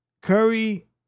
Curry